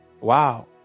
Wow